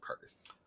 curse